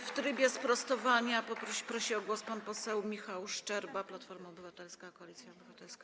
W trybie sprostowania prosi o głos pan poseł Michał Szczerba, Platforma Obywatelska - Koalicja Obywatelska.